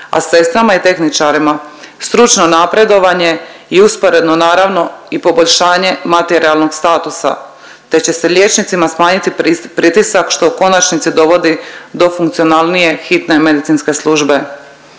a sestrama i tehničarima stručno napredovanje i usporedno naravno i poboljšanje materijalnog statusa, te će se liječnicima smanjiti pritisak što u konačnici dovodi do funkcionalnije hitne medicinske službe.